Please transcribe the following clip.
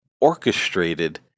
orchestrated